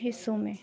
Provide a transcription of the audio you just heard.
حصّوں میں